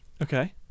Okay